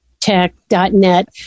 Tech.net